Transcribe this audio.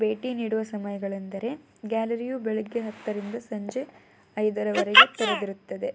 ಭೇಟಿ ನೀಡುವ ಸಮಯಗಳೆಂದರೆ ಗ್ಯಾಲರಿಯು ಬೆಳಿಗ್ಗೆ ಹತ್ತರಿಂದ ಸಂಜೆ ಐದರವರೆಗೆ ತೆರೆದಿರುತ್ತದೆ